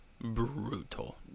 brutal